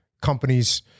companies